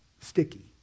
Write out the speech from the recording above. sticky